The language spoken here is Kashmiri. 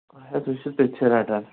اَچھا تُہۍ چھُو تٔتۍتھٕے رَٹان